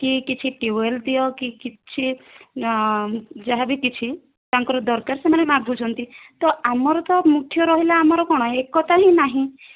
କି କିଛି ଟ୍ୟୁବୱେଲ୍ ଦିଅ କି କିଛି ଯାହାବି କିଛି ତାଙ୍କର ଦରକାର ସେ ମାଗୁଛନ୍ତି ତ ଆମର ତ ମୁଖ୍ୟ ରହିଲା ଆମର କ'ଣ ଏକତା ହି ନାହିଁ